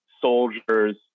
soldiers